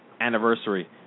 anniversary